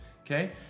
okay